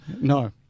No